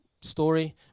story